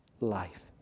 life